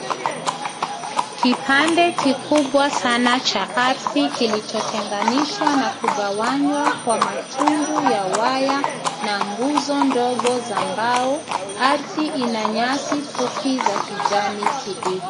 Kipande kikubwa sana cha ardhi kilichotenganishwa na kugawanywa kwa matundu ya waya na nguzo ndogo za mbao. Ardhi ina nyasi fupi za kijani kibichi.